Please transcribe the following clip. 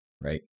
right